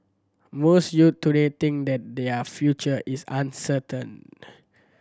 most youth today think that their future is uncertain